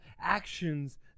actions